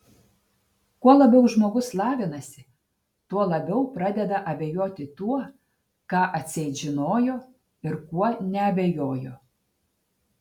kuo labiau žmogus lavinasi tuo labiau pradeda abejoti tuo ką atseit žinojo ir kuo neabejojo